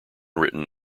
written